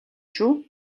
шүү